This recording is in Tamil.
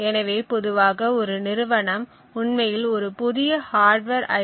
எனவே பொதுவாக ஒரு நிறுவனம் உண்மையில் ஒரு புதிய ஹார்ட்வேர் ஐ